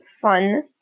fun